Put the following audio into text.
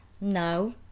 No